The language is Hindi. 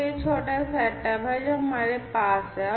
तो यह छोटा सेटअप है जो हमारे पास है